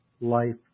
life